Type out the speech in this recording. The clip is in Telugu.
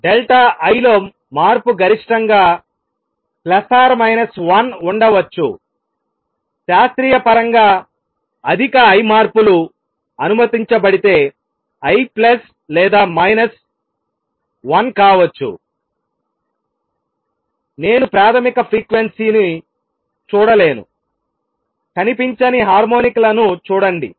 డెల్టా l లో మార్పు గరిష్టంగా 1 ఉండవచ్చు శాస్త్రీయ పరంగా అధిక l మార్పులు అనుమతించబడితే l ప్లస్ లేదా మైనస్ 1 కావచ్చునేను ప్రాథమిక ఫ్రీక్వెన్సీ ను చూడలేను కనిపించని హార్మోనిక్లను చూడండి